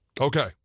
Okay